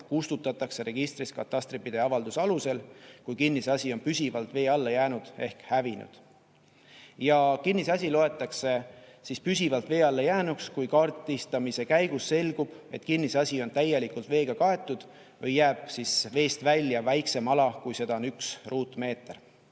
kustutatakse registrist katastripidaja avalduse alusel, kui kinnisasi on püsivalt vee alla jäänud ehk hävinud. Kinnisasi loetakse püsivalt vee alla jäänuks, kui kaardistamise käigus selgub, et kinnisasi on täielikult veega kaetud või jääb veest välja väiksem ala, kui seda on üks ruutmeeter.